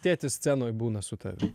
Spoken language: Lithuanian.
tėtis scenoj būna su tavim